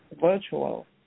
virtual